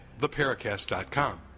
theparacast.com